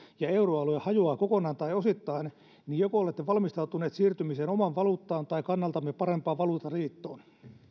ja euroalue hajoaa kokonaan tai osittain niin joko olette valmistautuneet siirtymiseen omaan valuuttaan tai kannaltamme parempaan valuuttaliittoon